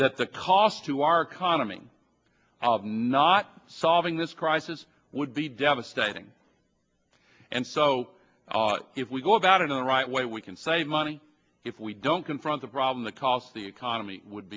that the cost to our economy of not solving this crisis would be devastating and so if we go about it in the right way we can save money if we don't confront the problem that cost the economy would